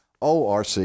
ORC